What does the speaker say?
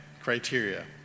criteria